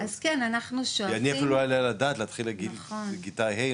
כי אני אפילו לא אעלה על הדעת להתחיל להגיד לכיתה ה',